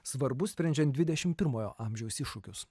svarbus sprendžiant dvidešimt pirmojo amžiaus iššūkius